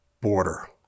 border